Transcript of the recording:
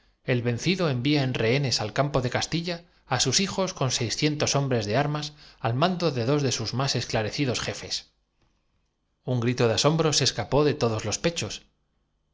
el vencido envía en rehenes al campo de castilla á sus la tenaz resistencia de los moros de granada fué to hijos con seiscientos hombres de armas al mando de mado por espía de boabdil á lo que contribuía no dos de sus más esclarecidos jefes poco el extraño disfraz que para aquella época consti un grito de asombro se escapó de todos los